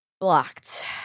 blocked